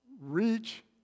reach